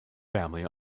family